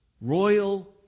royal